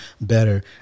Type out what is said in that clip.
better